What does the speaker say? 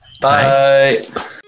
Bye